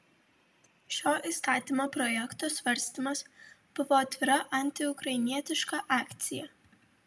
šio įstatymo projekto svarstymas buvo atvira antiukrainietiška akcija